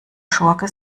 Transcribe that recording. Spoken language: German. schurke